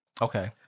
Okay